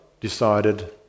decided